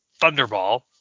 Thunderball